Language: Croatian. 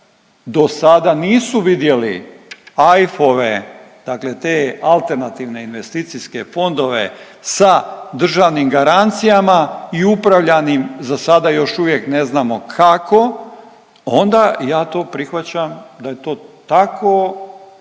do sada nisu vidjeli AIF-ove, dakle te alternativne investicijske fondove sa državnim garancijama i upravljanim za sada još uvijek ne znamo kako onda ja to prihvaćam da je to tako